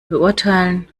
beurteilen